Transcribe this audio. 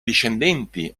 discendenti